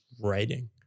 writing